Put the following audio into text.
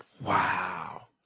wow